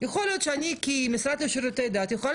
יכול להיות שאני כמשרד לשירותי דת יכולה